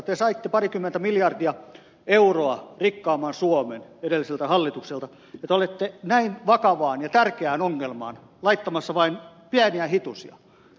te saitte parikymmentä miljardia euroa rikkaamman suomen edelliseltä hallitukselta ja te olette näin vakavaan ja tärkeään ongelmaan laittamassa vain pieniä hitusia